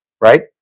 Right